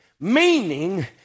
meaning